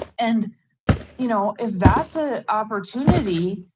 and you know if that's a opportunity,